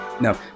No